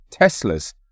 Teslas